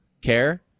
care